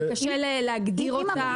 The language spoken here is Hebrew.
שקשה להגדיר אותה,